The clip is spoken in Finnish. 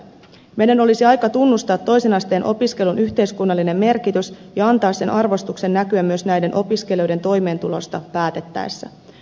meidän olisi aika tunnustaa toisen asteen opiskelun yhteiskunnallinen merkitys ja antaa sen arvostuksen näkyä myös näiden opiskelijoiden toimeentulosta päätettäessä